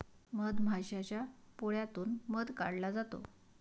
मधमाशाच्या पोळ्यातून मध काढला जातो